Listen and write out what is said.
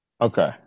okay